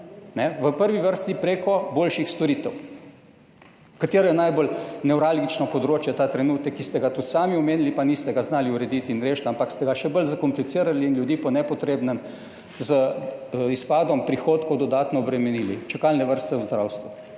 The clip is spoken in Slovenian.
v prvi vrsti prek boljših storitev. Katero je najbolj nevralgično področje ta trenutek, ki ste ga tudi sami omenili, pa ga niste znali urediti in rešiti, ampak ste ga še bolj zakomplicirali in ljudi po nepotrebnem z izpadom prihodkov dodatno obremenili? Čakalne vrste v zdravstvu.